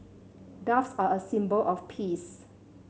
doves are a symbol of peace